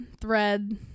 thread